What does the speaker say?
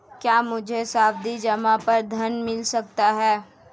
क्या मुझे सावधि जमा पर ऋण मिल सकता है?